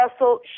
Russell